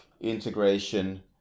integration